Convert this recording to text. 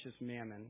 mammon